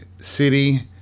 city